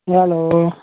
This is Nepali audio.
हेलो